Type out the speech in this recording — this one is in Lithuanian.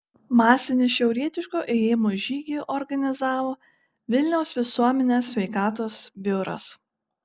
masinį šiaurietiško ėjimo žygį organizavo vilniaus visuomenės sveikatos biuras